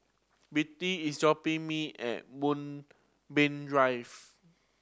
Birtie is dropping me at Moonbeam Drive